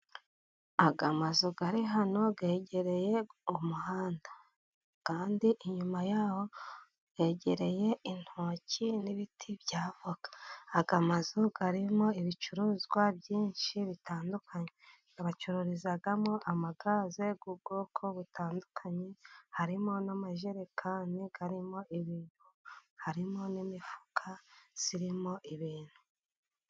Aya mazu ari hano yegereye umuhanda ,kandi inyuma yaho yegereye intoki n'ibiti by'avoka. Aya mazu arimo ibicuruzwa byinshi bitandukanye ,bacururizamo amagaze y'ubwoko butandukanye ,harimo n'amajerekani arimo ibintu, harimo n'imifuka irimo ibintu.